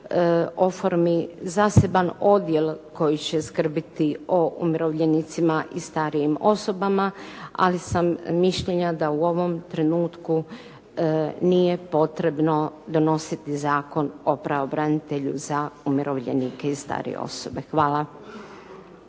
oformi zaseban odjel koji će skrbiti o umirovljenicima i starijim osobama, ali sam mišljenja da u ovom trenutku nije potrebno donositi zakon o pravobranitelju za umirovljenike i starije osobe. Hvala.